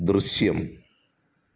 ദൃശ്യം